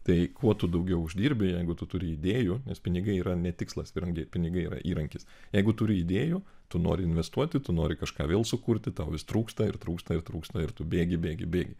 tai kuo tu daugiau uždirbi jeigu tu turi idėjų nes pinigai yra ne tikslas kadangi pinigai yra įrankis jeigu turi idėjų tu nori investuoti tu nori kažką vėl sukurti tau vis trūksta ir trūksta ir trūksta ir tu bėgi bėgi bėgi